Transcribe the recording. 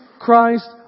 Christ